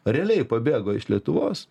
realiai pabėgo iš lietuvos